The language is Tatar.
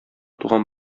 туган